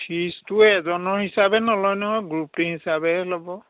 ফিজটো এজনৰ হিচাপে নলয় নহয় গ্ৰুপটো হিচাপেহে ল'ব